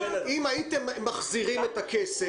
אם הייתם מחזירים את הכסף,